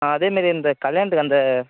ஆ அதேமாரியே இந்த கல்யாணத்துக்கு அந்த